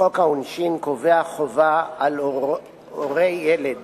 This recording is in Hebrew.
לחוק העונשין קובע חובה על הורה לילד